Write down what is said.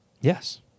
Yes